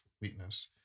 weakness